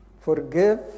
forgive